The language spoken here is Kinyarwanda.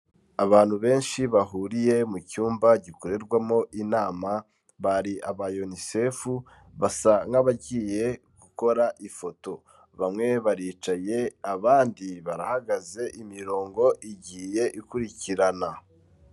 Abantu benshi bahuriye mu cyumba gikorerwamo inama, bari aba UNICEF basa nk'abagiye gukora ifoto, bamwe baricaye abandi barahagaze, imirongo igiye ikurikirana.